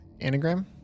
anagram